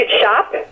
shop